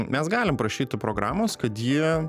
mes galim prašyti programos kad ji